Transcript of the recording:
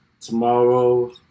tomorrow